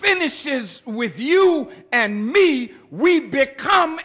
finishes with you and me we become